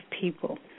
people